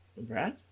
Brad